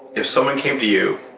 if someone came to you,